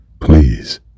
please